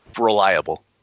reliable